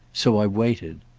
so i've waited.